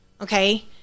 okay